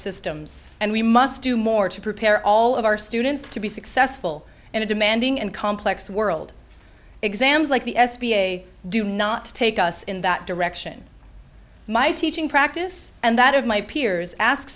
systems and we must do more to prepare all of our students to be successful in a demanding and complex world exams like the s b a do not take us in that direction my teaching practice and that of my peers ask